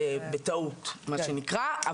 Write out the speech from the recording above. בטעות מה שנקרא,